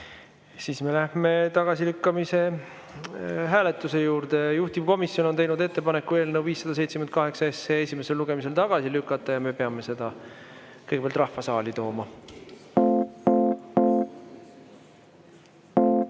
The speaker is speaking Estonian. Siis me lähme tagasilükkamise hääletuse juurde. Juhtivkomisjon on teinud ettepaneku eelnõu 578 esimesel lugemisel tagasi lükata ja me peame kõigepealt rahva saali tooma. Head